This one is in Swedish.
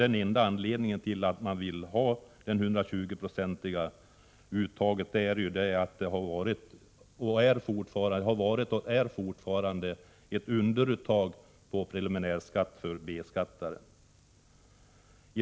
Den enda anledningen till att ha ett uttag på 120 96 är att det har gjorts och görs ett underuttag på preliminär B-skatt.